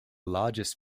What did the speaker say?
largest